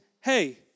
Hey